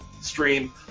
Stream